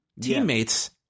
Teammates